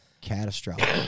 catastrophic